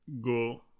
go